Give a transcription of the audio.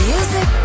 Music